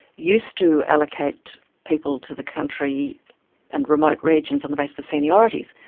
used to allocate people to the country and remote regions on the basis of seniority,